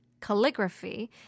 Calligraphy